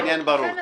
העניין ברור.